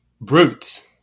brutes